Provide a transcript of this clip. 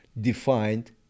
defined